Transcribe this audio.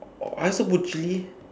orh I also put chilli